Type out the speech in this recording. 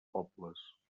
pobles